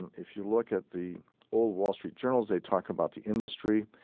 and if you look at the old wall street journals, they talk about the industry.